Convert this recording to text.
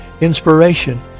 inspiration